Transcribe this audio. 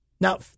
Now